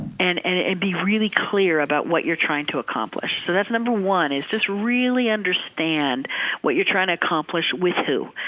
and and be really clear about what you're trying to accomplish. so that's number one is this really understand what you're trying to accomplish with who.